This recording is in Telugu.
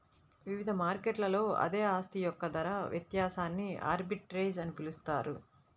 వివిధ మార్కెట్లలో అదే ఆస్తి యొక్క ధర వ్యత్యాసాన్ని ఆర్బిట్రేజ్ అని పిలుస్తారు